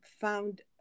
found